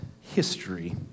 History